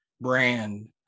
brand